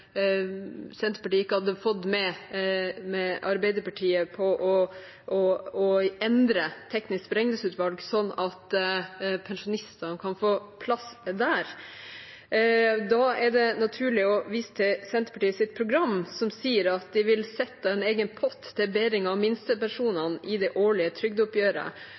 Senterpartiet ikke hadde fått med Arbeiderpartiet på å endre teknisk beregningsutvalg slik at pensjonistene kan få plass der. Da er det naturlig å vise til Senterpartiets program, der de sier at de vil sette av en egen pott til bedring av minstepensjonene i det årlige trygdeoppgjøret.